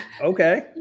Okay